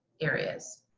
areas.